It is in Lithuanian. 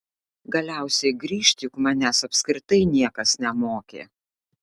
galiausiai grįžt juk manęs apskritai niekas nemokė